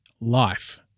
Life